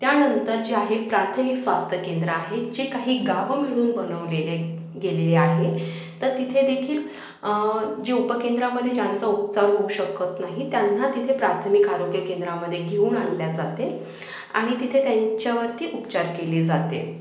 त्यानंतर जे आहे प्राथमिक स्वास्थ्य केंद्र आहे जे काही गावं मिळून बनवलेले गेलेले आहे तर तिथे देखील जे उपकेंद्रामध्ये ज्यांचा उपचार होऊ शकत नाही त्यांना तिथे प्राथमिक आरोग्य केंद्रामध्ये घेऊन आणले जाते आणि तिथे त्यांच्यावरती उपचार केले जाते